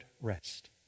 rest